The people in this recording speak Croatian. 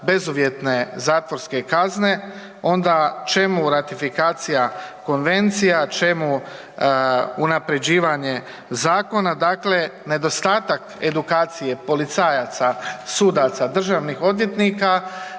bezuvjetne zatvorske kazne onda čemu ratifikacija konvencija, čemu unapređivanje zakona, dakle nedostatak edukacije policajaca, sudaca, državnih odvjetnika